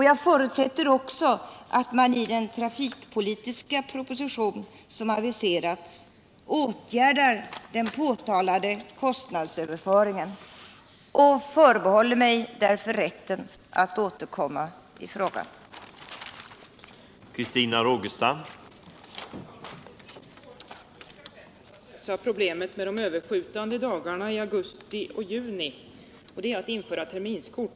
Jag förutsätter också att man iden trafikpolitiska proposition som aviserats åtgärdar den påtalade kostnadsöverföringen och förbehåller mig därför rätten att återkomma i frågan.